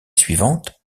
suivante